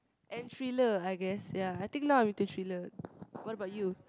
and thriller I guess ya I think now I'm into thriller what about you